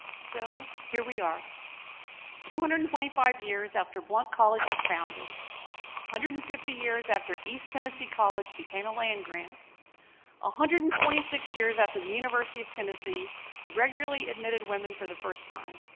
so here we are two hundred and twenty five years after blount college was founded a hundred and fifty years after east tennessee college became a land-grant a hundred and twenty six years after the university of tennessee regularly admitted women for the first time